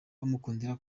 bamukundira